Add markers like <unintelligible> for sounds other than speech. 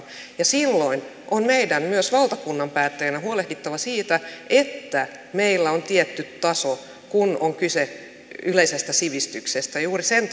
silloin on meidän myös valtakunnan päättäjinä huolehdittava siitä että meillä on tietty taso kun on kyse yleisestä sivistyksestä juuri sen <unintelligible>